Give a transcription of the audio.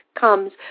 comes